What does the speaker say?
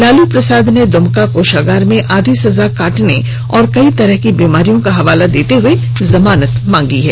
लालू प्रसाद ने दुमका कोषागार में आधी सजा काटने और कई तरह की बीमारियों का हवाला देते हुए जमानत मांगी है